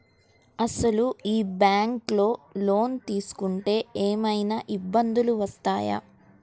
అసలు ఈ బ్యాంక్లో లోన్ తీసుకుంటే ఏమయినా ఇబ్బందులు వస్తాయా?